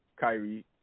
Kyrie